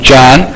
John